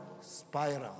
spiral